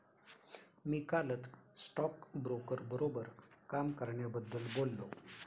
मी कालच स्टॉकब्रोकर बरोबर काम करण्याबद्दल बोललो